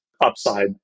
upside